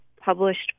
published